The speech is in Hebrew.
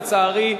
לצערי,